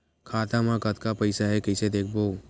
खाता मा कतका पईसा हे कइसे देखबो?